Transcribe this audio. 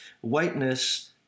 Whiteness